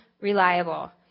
reliable